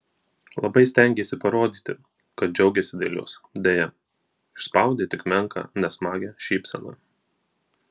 labai stengėsi parodyti kad džiaugiasi dėl jos deja išspaudė tik menką nesmagią šypseną